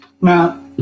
now